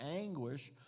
anguish